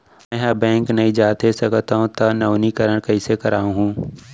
मैं ह बैंक नई जाथे सकंव त नवीनीकरण कइसे करवाहू?